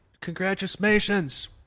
Congratulations